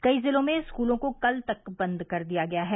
कई जिलों में स्कूलों को कल तक बंद कर दिया गया है